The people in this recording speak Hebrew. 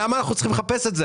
למה אנחנו צריכים לחפש את זה?